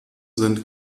sind